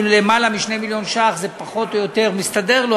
למעלה מ-2 מיליון זה פחות או יותר מסתדר לו,